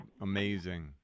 Amazing